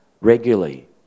regularly